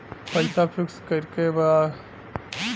पैसा पिक्स करके बा?